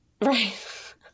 right